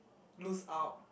lose out